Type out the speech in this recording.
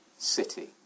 City